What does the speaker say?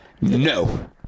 No